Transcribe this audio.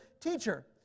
Teacher